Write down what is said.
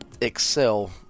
excel